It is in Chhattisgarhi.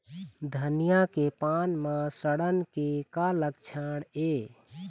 धनिया के पान म सड़न के का लक्षण ये?